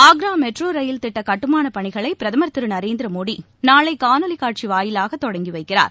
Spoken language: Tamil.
ஆக்ரா மெட்ரோ ரயில் திட்ட கட்டுமான பணிகளை பிரதமர் திரு நரேந்திர மோடி நாளை காணொலி காட்சி வாயிலாக தொடங்கி வைக்கிறார்